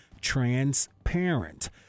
transparent